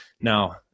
Now